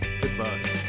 goodbye